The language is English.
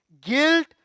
guilt